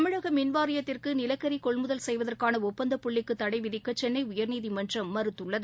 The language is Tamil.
தமிழகமின்வாரியத்திற்குநிலக்கரிகொள்முதல் செய்வதற்கானஒப்பந்தப்புள்ளிக்குதடைவிதிக்கசென்னைஉயர்நீதிமன்றம் மறுத்துள்ளது